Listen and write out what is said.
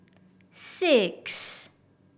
six